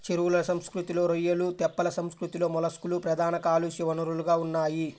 చెరువుల సంస్కృతిలో రొయ్యలు, తెప్పల సంస్కృతిలో మొలస్క్లు ప్రధాన కాలుష్య వనరులుగా ఉన్నాయి